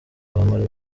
bambara